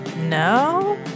No